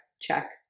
check